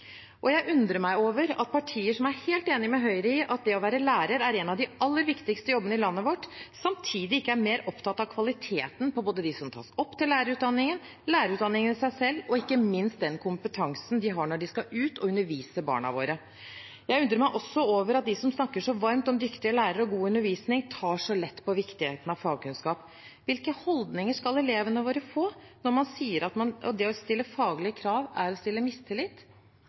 meg. Jeg undrer meg over at partier som er helt enige med Høyre i at det å være lærer er en av de aller viktigste jobbene i landet vårt, ikke samtidig er mer opptatt av kvaliteten på både dem som tas opp til lærerutdanningen, lærerutdanningen i seg selv og ikke minst den kompetansen de har når de skal ut å undervise barna våre. Jeg undrer meg også over at de som snakker så varmt om dyktige lærere og god undervisning, tar så lett på viktigheten av fagkunnskap. Hvilke holdninger skal elevene våre få, når man sier at det å stille faglige krav, er å stille mistillit?